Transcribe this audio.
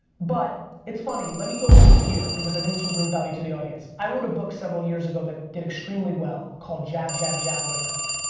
but, it's funny, let me go here, because i think this will bring value to the audience. i wrote a book several years ago that did extremely well, called jab, jab, jab, right hook.